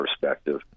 perspective